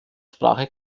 sprache